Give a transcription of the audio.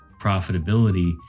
profitability